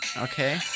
Okay